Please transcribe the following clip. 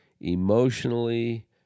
emotionally